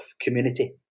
community